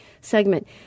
segment